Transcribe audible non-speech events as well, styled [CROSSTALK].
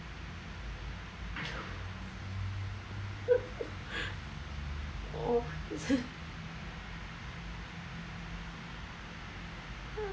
[LAUGHS] oh is it [NOISE]